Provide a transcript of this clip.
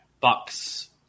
Bucks